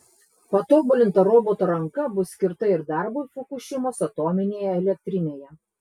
patobulinta roboto ranka bus skirta ir darbui fukušimos atominėje elektrinėje